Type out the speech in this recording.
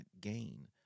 gain